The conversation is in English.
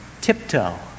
tiptoe